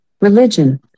religion